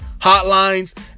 hotlines